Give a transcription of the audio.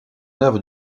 œuvre